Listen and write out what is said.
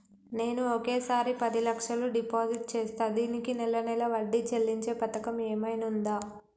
నేను ఒకేసారి పది లక్షలు డిపాజిట్ చేస్తా దీనికి నెల నెల వడ్డీ చెల్లించే పథకం ఏమైనుందా?